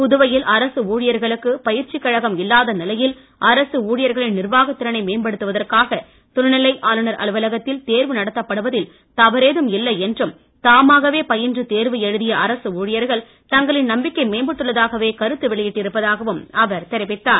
புதுவையில் அரசு ஊழியர்களுக்கு பயிற்சிக் கழகம் இல்லாத நிலையில் அரசு ஊழியர்களின் நிர்வாக திறனை மேம்படுத்துவதற்காக துணைநிலை ஆளுநர் அலுவலகத்தில் தேர்வு நடத்தப்படுவதில் தவறேதும் இல்லை என்றும் தாமாகவே பயின்று தேர்வு எழுதிய அரசு ஊழியர்கள் தங்களின் நம்பிக்கை மேம்பட்டுள்ளதாகவே கருத்து வெளியிட்டு இருப்பதாகவும் அவர் தெரிவித்தார்